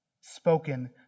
spoken